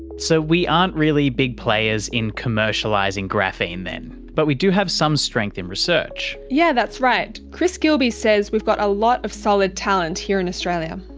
so we aren't really big players in commercialising graphene then, but we do have some strengths in research. yeah, that's right. chris gilbey says we've got a lot of solid talent here in australia.